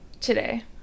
today